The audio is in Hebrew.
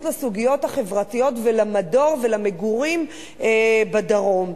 לסוגיות החברתיות ולמדור ולמגורים בדרום.